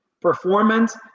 performance